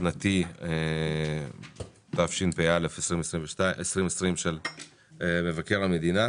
שנתי 71א התשפ"א-2020, של מבקר המדינה.